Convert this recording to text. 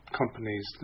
companies